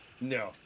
No